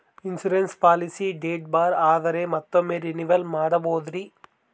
Insurance policy date ಬಾರ್ ಆದರೆ ಮತ್ತೊಮ್ಮೆ ರಿನಿವಲ್ ಮಾಡಬಹುದ್ರಿ?